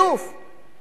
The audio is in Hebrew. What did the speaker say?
למה נהרגה?